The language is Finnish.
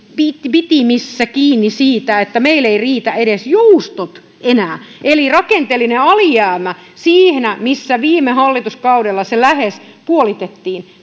pitimissä kiinni siitä että meille eivät riitä enää edes joustot eli rakenteellinen alijäämä siinä missä se viime hallituskaudella lähes puolitettiin